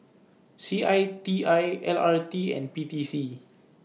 C I T I L R T and P T C